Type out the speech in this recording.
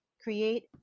create